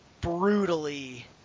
brutally